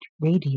Radio